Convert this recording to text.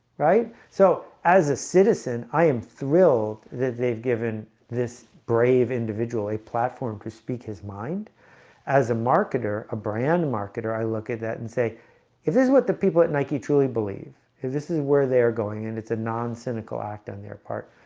right? so as a citizen i am thrilled that they've given this brave individual a platform to speak his mind as a marketer a brand marketer i look at that and say if this is what the people at nike truly believe is this is where they are going and it's a non cynical act on their part.